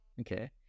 Okay